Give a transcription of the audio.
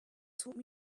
taught